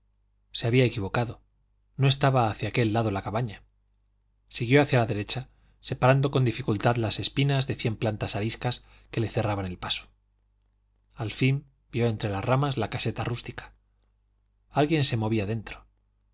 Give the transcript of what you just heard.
se había equivocado no estaba hacia aquel lado la cabaña siguió hacia la derecha separando con dificultad las espinas de cien plantas ariscas que le cerraban el paso al fin vio entre las ramas la caseta rústica alguien se movía dentro